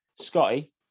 Scotty